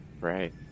Right